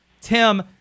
Tim